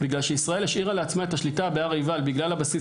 ישראל השאירה לעצמה את השליטה בהר עיבל בגלל הבסיס